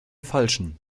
falschen